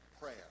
prayer